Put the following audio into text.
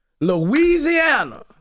Louisiana